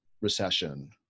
recession